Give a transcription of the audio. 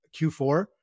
Q4